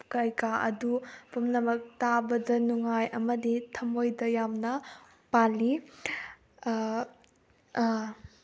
ꯀꯩꯀꯥ ꯑꯗꯨ ꯄꯨꯝꯅꯃꯛ ꯇꯥꯕꯗ ꯅꯨꯡꯉꯥꯏ ꯑꯃꯗꯤ ꯊꯃꯣꯏꯗ ꯌꯥꯝꯅ ꯄꯥꯜꯂꯤ